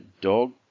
dog